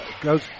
Goes